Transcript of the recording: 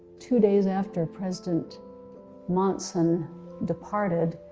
two days after president monson departed,